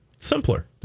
Simpler